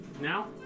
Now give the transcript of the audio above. Now